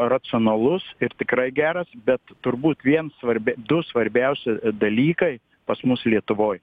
racionalus ir tikrai geras bet turbūt vien svarbi du svarbiausi dalykai pas mus lietuvoj